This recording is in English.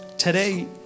Today